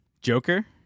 Joker